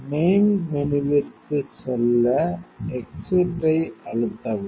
main மெனுவிற்கு செல்ல exit ஐ அழுத்தவும்